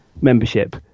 membership